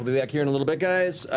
back here in a little bit, guys.